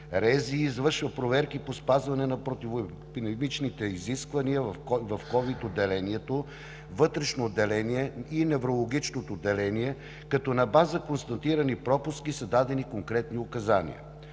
РЗИ извършва проверки по спазване на противоепидемичните изисквания в COVID-отделението, вътрешното отделение и неврологичното отделение, като на база констатирани пропуски са дадени конкретни указания.